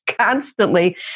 constantly